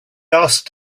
asked